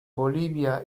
bolivia